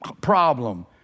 problem